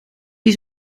die